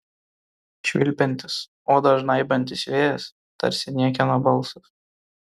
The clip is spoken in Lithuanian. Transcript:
švilpiantis odą žnaibantis vėjas tarsi niekieno balsas